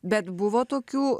bet buvo tokių